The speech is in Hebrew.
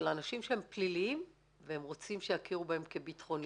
של אנשים שהם פליליים והם רוצים שיכירו בהם כביטחוניים.